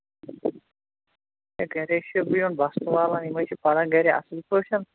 ہے گَرے چھُ بہٕ یِمَن بستہٕ والان یِمے چھِ پران گرِ اَصٕل پٲٹھۍ